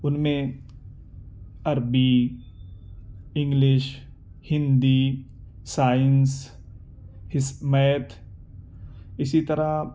ان میں عربی English Hindi science ہس میتھ اسی طرح